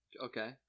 Okay